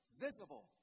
visible